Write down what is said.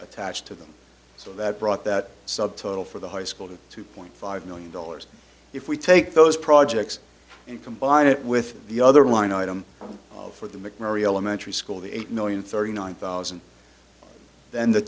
attached to them so that brought that subtotal for the high school to two point five million dollars if we take those projects and combine it with the other line item for the mcnary elementary school the eight million thirty nine thousand then the